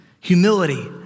humility